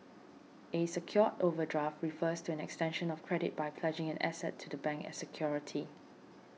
a secured overdraft refers to an extension of credit by pledging an asset to the bank as security